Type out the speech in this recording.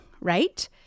right